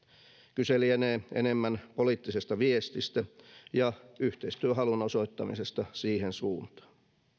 kyse lienee enemmän poliittisesta viestistä ja yhteistyöhalun osoittamisesta siihen suuntaan